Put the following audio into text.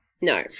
No